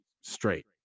straight